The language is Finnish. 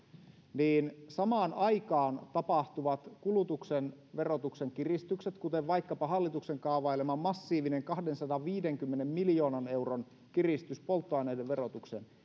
niin samaan aikaan tapahtuvat kulutuksen verotuksen kiristykset kuten vaikkapa hallituksen kaavailema massiivinen kahdensadanviidenkymmenen miljoonan euron kiristys polttoaineiden verotukseen